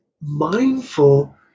mindful